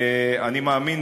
אני מאמין,